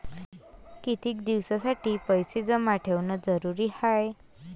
कितीक दिसासाठी पैसे जमा ठेवणं जरुरीच हाय?